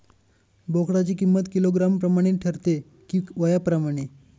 बोकडाची किंमत किलोग्रॅम प्रमाणे ठरते कि वयाप्रमाणे?